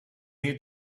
need